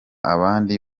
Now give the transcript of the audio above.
abandi